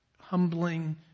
humbling